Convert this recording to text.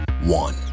one